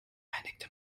einigte